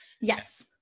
Yes